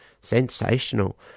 Sensational